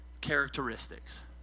characteristics